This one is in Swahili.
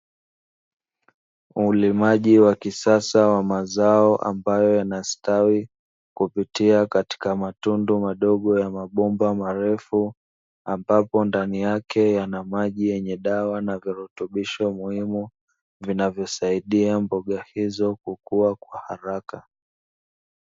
Ulimaji wa kisasa wa mazao ambayo yanastawi kupitia katika matundu madogo ya mabomba marefu. Ambapo ndani yake yana maji yenye dawa na virutubisho muhimu vinavyosaidia mboga hizo kukua kwa haraka.